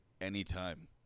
anytime